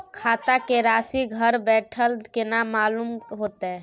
खाता के राशि घर बेठल केना मालूम होते?